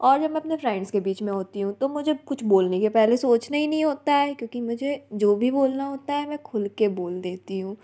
और मैं जब अपने फ्रेंड्स के बीच में होती हूँ तो मुझे कुछ बोलने के पहले सोचना ही नहीं होता है क्योंकी मुझे जो भी बोलना होता है मैं खुल के बोल देती हूँ